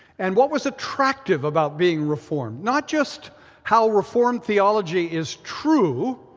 and what was attractive about being reformed, not just how reformed theology is true.